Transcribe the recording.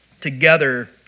together